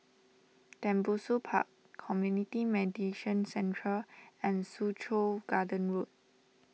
Tembusu Park Community Mediation Centre and Soo Chow Garden Road